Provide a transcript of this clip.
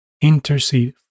intercede